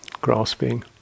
grasping